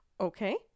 okay